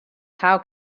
how